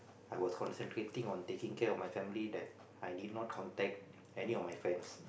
I was concentrating on taking care of my family that I did not contact any of my friends